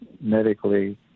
medically